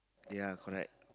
ya correct